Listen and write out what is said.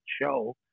show